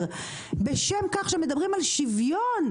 והיא עיר מצוינת ומגיע